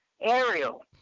Ariel